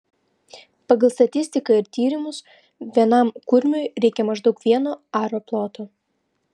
pagal statistiką ir tyrimus vienam kurmiui reikia maždaug vieno aro ploto